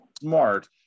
smart